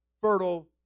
fertile